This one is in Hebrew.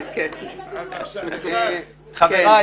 חבריי